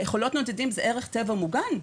חולות נודדים, זה ערך טבע מוגן.